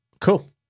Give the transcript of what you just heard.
cool